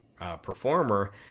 performer